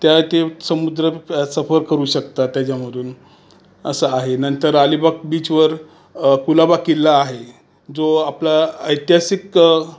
त्या ते समुद्र सफर करू शकतात त्याच्यामधून असं आहे नंतर अलीबाग बीचवर कुलाबा किल्ला आहे जो आपला ऐतिहासिक